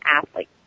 athlete